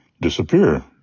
disappear